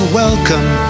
welcome